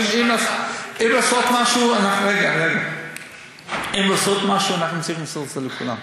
אם לעשות משהו, אנחנו צריכים לעשות זאת לכולם.